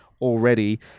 already